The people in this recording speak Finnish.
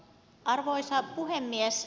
arvoisa puhemies